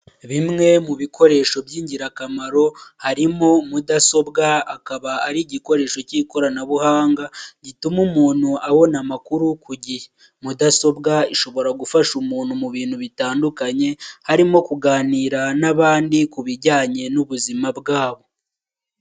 Bimwe mu bikoresho by'ingirakamaro harimo mudasobwa, akaba ari igikoresho cy'ikoranabuhanga gituma umuntu abona amakuru ku gihe. Mudasobwa ishobora gufasha umuntu mu bintu bitandukanye, harimo kuganira n'abandi ku bijyanye n'ubuzima bwabo.